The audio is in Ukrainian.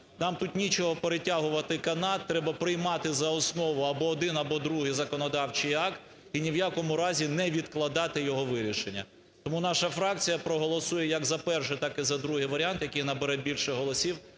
Нам тут нічого перетягувати канат, треба приймати за основу або один, або другий законодавчий акт ні в якому разі не відкладати його вирішення. Тому наша фракція проголосує як за перший, так і за другий варіант, який набере більше голосів.